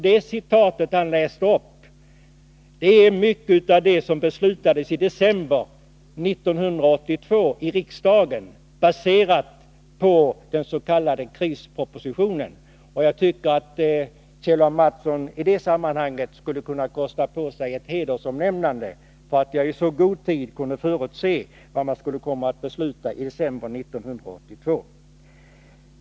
Det citat som han läste upp gäller mycket av det som beslöts i december 1982 i riksdagen, baserat på den s.k. krispropositionen. Jag tycker att Kjell Mattsson i detta sammanhang skulle kunna kosta på sig att ge mig ett hedersomnämnade för att jag i så god tid kunde förutse vad man skulle komma att besluta i december 1982.